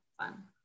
fun